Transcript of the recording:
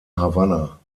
havanna